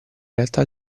realtà